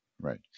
Right